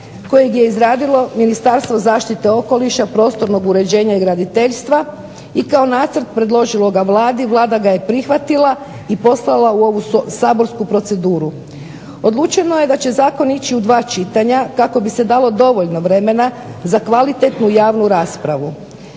kojeg je izradilo Ministarstvo zaštite okoliša, prostornog uređenja i graditeljstva i kao nacrt predložilo ga Vladi, Vlada ga je prihvatila i poslala u ovu Saborsku proceduru. Odlučeno je da će Zakon ići u dva čitanja kako bi se dalo dovoljno vremena za kvalitetnu javnu raspravu.